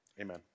Amen